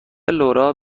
لورا